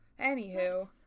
anywho